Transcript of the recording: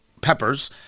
peppers